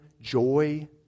joy